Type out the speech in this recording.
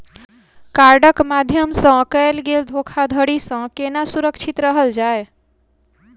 कार्डक माध्यम सँ कैल गेल धोखाधड़ी सँ केना सुरक्षित रहल जाए?